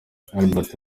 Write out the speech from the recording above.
albert